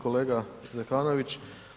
Kolega Zekanović.